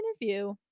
interview